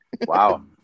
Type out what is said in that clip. Wow